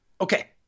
Okay